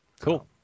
Cool